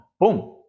boom